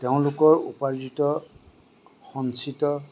তেওঁলোকৰ উপাৰ্জিত সঞ্চিত